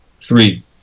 Three